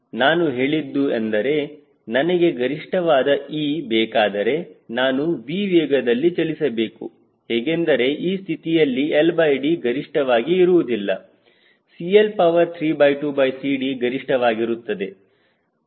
ನಾನು ಹೇಳಿದ್ದು ಎಂದರೆ ನನಗೆ ಗರಿಷ್ಠವಾದ E ಬೇಕಾದರೆ ನಾನು V ವೇಗದಲ್ಲಿ ಚಲಿಸಬೇಕು ಹೇಗೆಂದರೆ ಈ ಸ್ಥಿತಿಯಲ್ಲಿ LD ಗರಿಷ್ಠವಾಗಿ ಇರುವುದಿಲ್ಲ CL32CD ಗರಿಷ್ಠವಾಗಿರುತ್ತದೆ